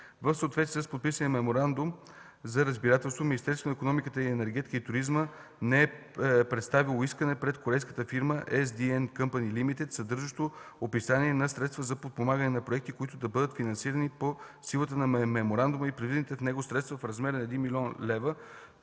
В съответствие с подписания Меморандум за разбирателство Министерството на икономиката, енергетиката и туризма не е представяло искане пред корейската фирма SDN Company Ltd, съдържащо описание на средства за подпомагане на проекти, които да бъдат финансирани по силата на меморандума и предвидените в него средства в размер на 1 млн. лв.